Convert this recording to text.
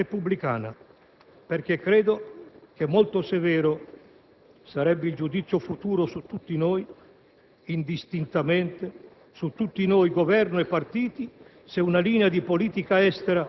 Del resto la presenza di punti di punti di dissenso è nella maggioranza e nel Governo sin dall'inizio. Si può essere uniti in presenza di dissensi anche gravi?